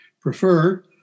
prefer